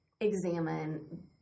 examine